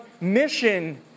mission